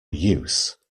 use